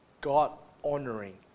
God-honoring